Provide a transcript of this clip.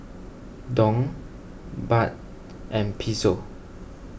Dong Baht and Peso